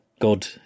God